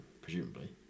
presumably